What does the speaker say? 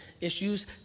issues